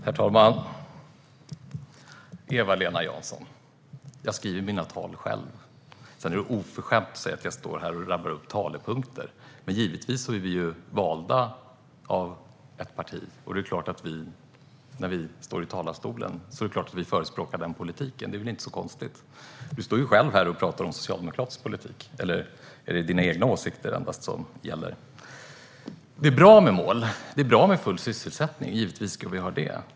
Herr talman! Eva-Lena Jansson! Jag skriver mina tal själv. Det är oförskämt att säga att jag står här och rabblar upp talepunkter. Men givetvis är vi valda av ett parti, och när vi står i talarstolen är det klart att vi förespråkar den politiken. Det är väl inte så konstigt. Du står ju själv här och pratar om socialdemokratisk politik. Eller är det endast dina egna åsikter som gäller? Det är bra med mål, och det är bra med full sysselsättning. Givetvis ska vi ha det.